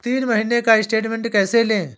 तीन महीने का स्टेटमेंट कैसे लें?